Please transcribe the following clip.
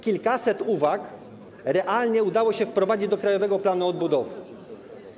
Kilkaset uwag realnie udało się wprowadzić do Krajowego Planu Odbudowy.